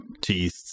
teeth